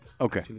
Okay